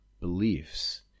beliefs